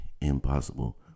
impossible